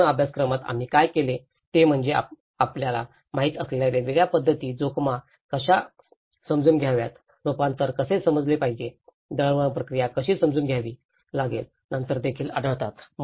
संपूर्ण अभ्यासक्रमात आम्ही काय केले ते म्हणजे आपल्यास माहित असलेल्या वेगवेगळ्या पद्धती जोखमी कशा समजून घ्याव्यात रुपांतर कसे समजले पाहिजे दळणवळण प्रक्रिया कशी समजून घ्यावी लागेल अंतर देखील आढळतात